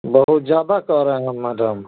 बहुत ज़्यादा कह रहें मैडम